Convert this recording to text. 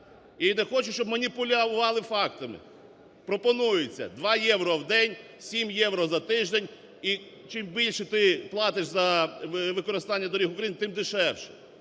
І не хочу, щоб маніпулювали фактами. Пропонується два євро в день, сім євро за тиждень, і чим більше ти платиш за використання доріг України, тим дешевше.